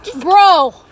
Bro